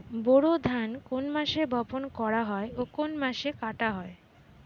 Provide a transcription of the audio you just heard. বোরো ধান কোন মাসে বপন করা হয় ও কোন মাসে কাটা হয়?